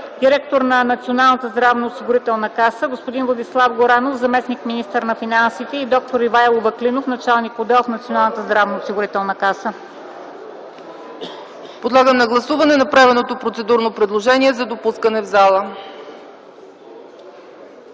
директор на Националната здравноосигурителна каса, господин Владислав Горанов – заместник-министър на финансите, и д-р Ивайло Ваклинов – началник-отдел в Националната здравноосигурителна каса. ПРЕДСЕДАТЕЛ ЦЕЦКА ЦАЧЕВА: Подлагам на гласуване направеното процедурно предложение за допускане в залата.